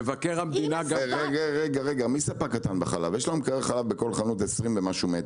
לנו בכל חנות מקרר חלב של 20 מטר,